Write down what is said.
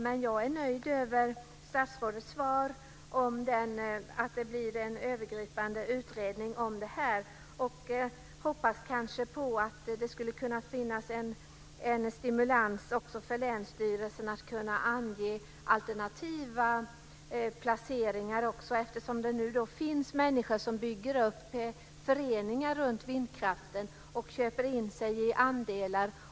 Men jag är nöjd med statsrådets svar, att det ska bli en övergripande utredning om vindkraften. Jag hoppas att det också ska finnas en stimulans för länsstyrelsen att ange alternativa lokaliseringar. Det finns nu människor som bildar föreningar kring vindkraften och köper andelar.